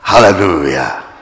Hallelujah